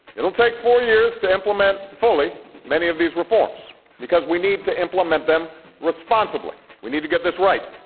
it will take four years to implement fully many of these reforms because we need to implement them responsibly, we need to get this right.